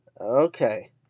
Okay